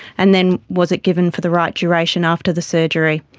and then was it given for the right duration after the surgery?